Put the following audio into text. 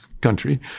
country